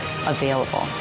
available